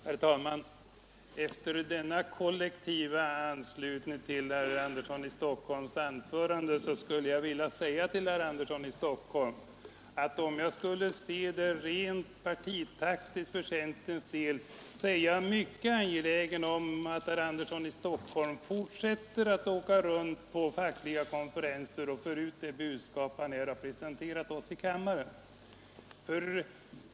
Herr talman! Efter denna kollektiva anslutning till herr Sten Anderssons i Stockholm anförande skulle jag vilja säga till herr Andersson: Om jag skulle se det rent partitaktiskt ur centerns synpunkt så är jag mycket angelägen att herr Sten Andersson i Stockholm fortsätter att åka runt på fackliga konferenser och för ut det budskap han presenterat oss här i kammaren.